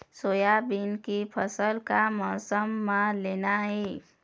Soybean के फसल का मौसम म लेना ये?